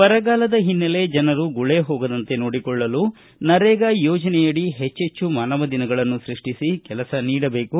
ಬರಗಾಲದ ಹಿನ್ನೆಲೆ ಜನರು ಗುಳೆ ಹೋಗದಂತೆ ನೋಡಿಕೊಳ್ಳಲು ನರೇಗಾ ಯೋಜನೆಯಡಿ ಹೆಚ್ಟೆಚ್ಚು ಮಾನವ ದಿನಗಳನ್ನು ಸೃಷ್ಷಿಸಿ ಕೆಲಸ ನೀಡಬೇಕು